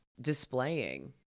displaying